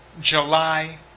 July